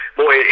boy